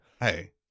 hey